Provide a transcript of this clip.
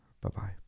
Bye-bye